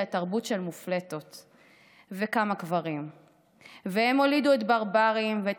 את / תרבות של מופלטות / וכמה קברים / והן הולידו את ברברים / ואת